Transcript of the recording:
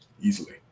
easily